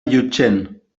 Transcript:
llutxent